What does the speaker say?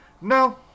no